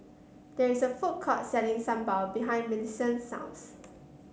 there is a food court selling Sambal behind Millicent's house